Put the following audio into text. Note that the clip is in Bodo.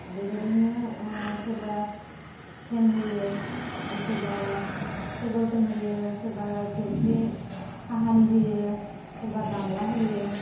बेबायदिनो सोरबा फेन होयो सोरबा टेबोल फेन होयो सोरबा गामला होयो